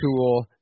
tool